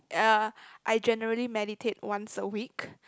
ya I generally meditate once a week